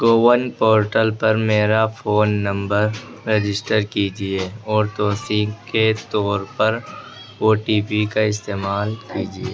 CoWIN portal پر میرا phone number register کیجیے اور توثیق کے طور پر او ٹی پی کا استعمال کیجیے